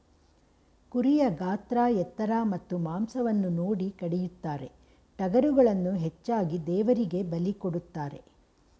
ಕುರಿಯ ಗಾತ್ರ ಎತ್ತರ ಮತ್ತು ಮಾಂಸವನ್ನು ನೋಡಿ ಕಡಿಯುತ್ತಾರೆ, ಟಗರುಗಳನ್ನು ಹೆಚ್ಚಾಗಿ ದೇವರಿಗೆ ಬಲಿ ಕೊಡುತ್ತಾರೆ